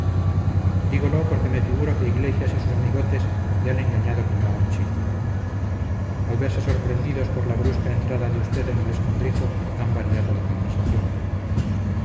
dígolo porque me figuro que iglesias y sus amigotes le han engañado como a un chino al verse sorprendidos por la brusca entrada de usted en el escondrijo han variado de conversación